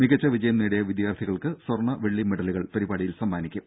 മികച്ച വിജയം നേടിയ വിദ്യാർത്ഥികൾക്ക് സ്വർണ്ണ വെള്ളി മെഡലുകൾ പരിപാടിയിൽ സമ്മാനിക്കും